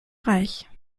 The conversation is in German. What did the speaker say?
reich